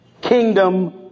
kingdom